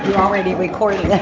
already recording, yeah